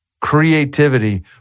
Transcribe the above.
creativity